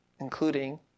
Including